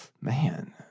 Man